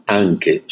anche